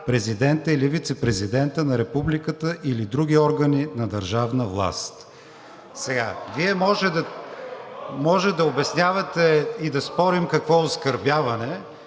президента или вицепрезидента на Републиката или други органи на държавна власт;“. Сега, Вие можете да обяснявате и да спорим какво е оскърбяване,